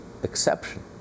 Exception